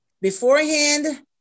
Beforehand